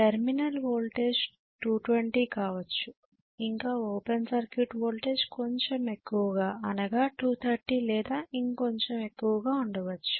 terminal voltage 220 కావచ్చు ఇంకా open circuit voltage కొంచెం ఎక్కువగా అనగా 230V లేదా ఇంకొంచెం ఎక్కువగా ఉండొచ్చు